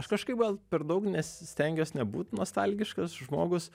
aš kažkaip gal per daug nesistengiuos nebūt nostalgiškas žmogus